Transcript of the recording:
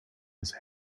his